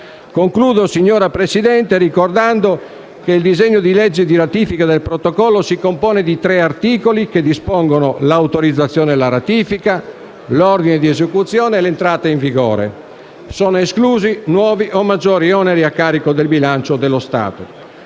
Concludo, signora Presidente, ricordando che il disegno di legge di ratifica del Protocollo si compone di 3 articoli, che dispongono l'autorizzazione alla ratifica, l'ordine di esecuzione e l'entrata in vigore. Sono esclusi nuovi o maggiori oneri a carico del bilancio dello Stato.